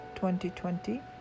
2020